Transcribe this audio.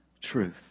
truth